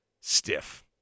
stiff